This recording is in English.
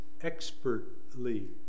expertly